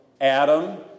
Adam